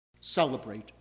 celebrate